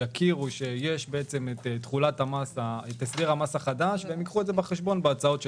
שיכירו שיש את הסדר המס החדש והם ייקחו את זה בחשבון בהצעות שלהם.